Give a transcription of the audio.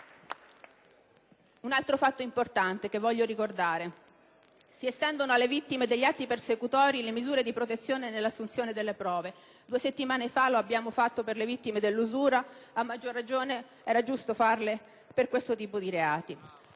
Un altro fatto importante che voglio ricordare è che si estendono alle vittime di atti persecutori le misure di protezione nell'assunzione delle prove. Due settimane fa lo abbiamo previsto per le vittime dell'usura; a maggior ragione era giusto prevederlo per questo tipo di reati.